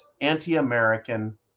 anti-American